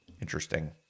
interesting